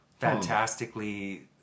fantastically